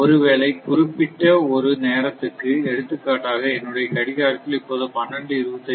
ஒருவேளை குறிப்பிட்ட ஒரு நேரத்துக்கு எடுத்துக்காட்டாக என்னுடைய கடிகாரத்தில் இப்போது 12